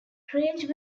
craig